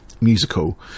musical